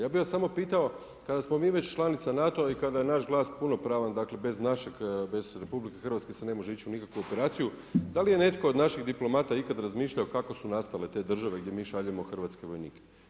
Ja bih vas samo pitao, kada smo mi već članica NATO-a i kada je naš glas punopravan bez RH se ne može ići u nikakvu operaciju, da li je netko od naših diplomata ikada razmišljao kako su nastale te države gdje mi šaljemo hrvatske vojnike?